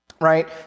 right